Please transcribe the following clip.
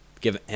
give